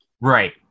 Right